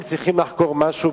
אם צריך לחקור משהו,